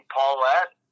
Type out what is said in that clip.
Paulette